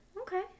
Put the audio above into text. Okay